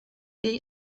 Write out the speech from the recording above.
jej